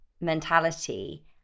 mentality